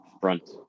front